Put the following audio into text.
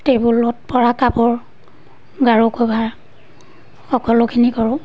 টেবুলত পৰা কাপোৰ গাৰু কভাৰ সকলোখিনি কৰোঁ